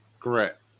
Correct